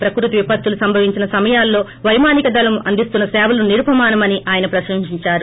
ప్రకృతి విపత్తులు సంభవించిన సమయాల్లో పైమానిక దీదళం అందిస్తున్న సేవలు నిరుపమానమని ఆయన ప్రశంసించారు